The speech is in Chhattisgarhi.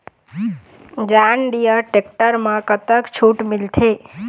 जॉन डिअर टेक्टर म कतक छूट मिलथे?